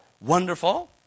wonderful